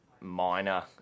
minor